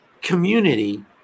community